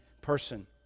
person